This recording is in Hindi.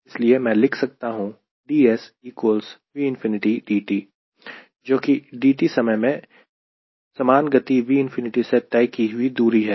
इसलिए मैं लिख सकता हूं 𝑑𝑠 𝑉ꝏ𝑑𝑡 जो कि dt समय में समान गति 𝑉ꝏ से तय की हुई दूरी है